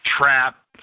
trap